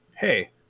hey